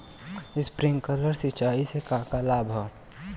Sprinkler सिंचाई से का का लाभ ह?